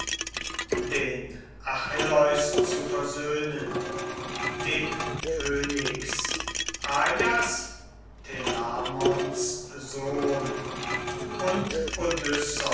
den achilleus zu versöhnen den phönix ajas telamons sohn und